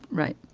right.